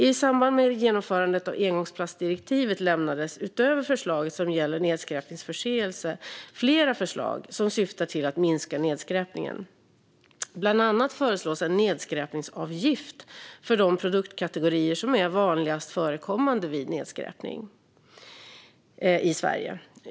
I samband med genomförandet av engångsplastdirektivet lämnades - utöver förslaget som gäller nedskräpningsförseelse - flera förslag som syftar till att minska nedskräpningen. Bland annat föreslås en nedskräpningsavgift för de produktkategorier som är vanligast förekommande vid nedskräpning i Sverige.